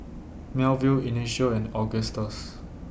Melville Ignacio and Augustus